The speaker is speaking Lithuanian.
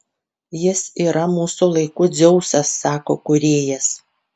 jis yra mūsų laikų dzeusas sako kūrėjas